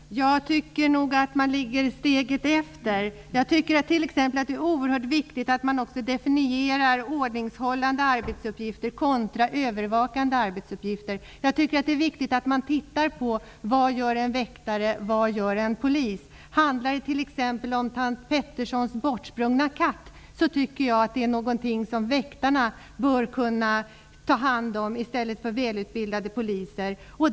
Fru talman! Jag tycker nog att man ligger steget efter. Jag tycker t.ex. att det är oerhört viktigt att man definierar ordningshållande arbetsuppgifter kontra övervakande arbetsuppgifter. Det är viktigt att se över vad en väktare respektive en polis gör. Handlar det exempelvis om tant Peterssons bortsprungna katt, tycker jag att det är något som väktarna bör kunna ta hand om i stället för välutbildade poliser.